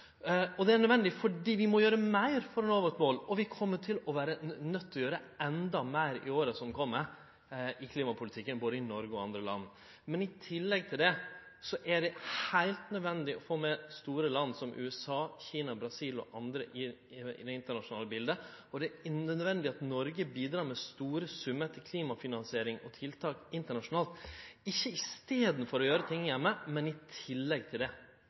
Det er nødvendig fordi vi må gjere meir for å nå eit mål, og vi kjem til å vere nøydd til å gjere endå meir i åra som kjem i klimapolitikken både i Noreg og andre land. Men i tillegg til det er det heilt nødvendig å få med store land som USA, Kina, Brasil og andre i det internasjonale biletet, og det er unødvendig at Noreg bidrar med store summar til klimafinansiering og tiltak internasjonalt, ikkje i staden for å gjere ting heime, men i tillegg til det.